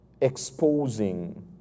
exposing